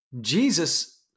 Jesus